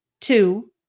Two